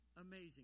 amazing